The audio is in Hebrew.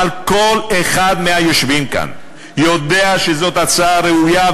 אבל כל אחד מהיושבים כאן יודע שזאת הצעה ראויה,